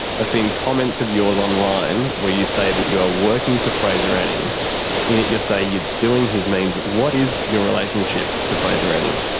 i've seen comments of yours online where you say that you are working for fraser anning, in it you say you are doing his memes. what is your relationship to fraser anning?